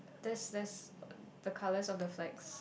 there's there's the colours on the flags